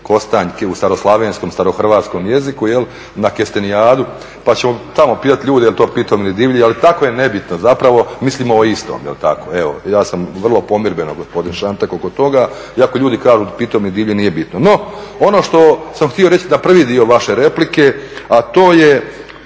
kostanjke, u staroslavenskom, starohrvatskom jeziku, na kestenijadu pa ćemo tamo pitat ljude je li to pitomi ili divlji, ali tako je nebitno, zapravo mislimo o istom. Evo, ja sam vrlo pomirbeno gospodin Šantek oko toga, i ako ljudi kažu pitomi, divlji, nije bitno. No, ono što sam htio reći na prvi dio vaše replike, a to je